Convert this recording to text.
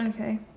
Okay